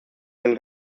del